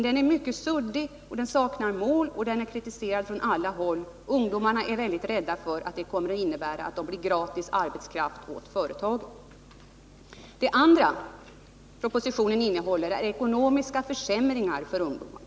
Den är mycket suddig, den saknar mål och den är kritiserad från alla håll. Ungdomarna är mycket rädda för att den kommer att innebära att de blir gratis arbetskraft åt företagen. Det andra som propositionen innehåller är ekonomiska försämringar för ungdomar.